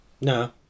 No